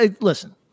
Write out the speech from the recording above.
listen